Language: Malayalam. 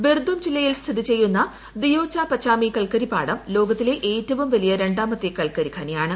ബിർദും ജില്ലയിൽ സ്ഥിതി ചെയ്യുന്ന ദിയോച പച്ചാമി കൽക്കരിപ്പാടം ലോകത്തിലെ ഏറ്റവും വലിയ രണ്ടാമത്തെ കൽക്കരി ഖനിയാണ്